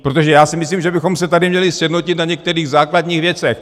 Protože já si myslím, že bychom se tady měli sjednotit na některých základních věcech.